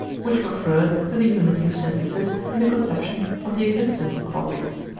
which refer to the unity of synthesis in the conception of the existence of objects.